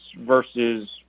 versus